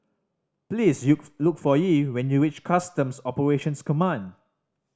please look for Yee when you reach Customs Operations Command